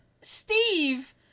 Steve